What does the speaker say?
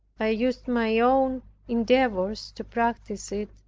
i used my own endeavors to practice it,